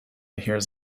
hears